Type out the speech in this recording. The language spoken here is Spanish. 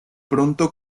pronto